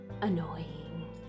annoying